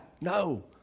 No